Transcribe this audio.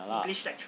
ya lah